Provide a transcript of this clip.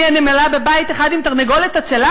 אני, הנמלה, בבית אחד עם תרנגולת עצלה?